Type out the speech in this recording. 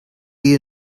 you